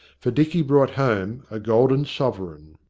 for dicky brought home a golden sovereign.